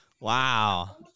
Wow